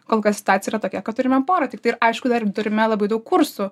kol kas situacija yra tokia kad turime pora tiktai ir aišku dar turime labai daug kursų